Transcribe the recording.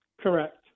Correct